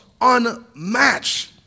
unmatched